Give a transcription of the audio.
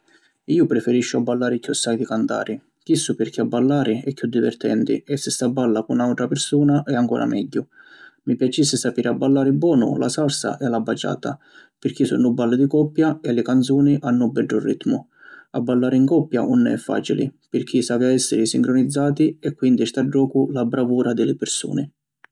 Iu preferisciu abballari chiossai di cantari. Chissu pirchì abballari è chiù divertenti e si s’abballa cu na autra pirsuna e ancora megghiu. Mi piacissi sapiri abballari bonu la Salsa e la Bachata, pirchì sunnu balli di coppia e li canzuni hannu un beddu ritmu. Abballari in coppia ‘un è facili pirchì s’avi a essiri sincronizzati e quindi sta ddocu la bravura di li pirsuni.